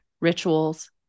rituals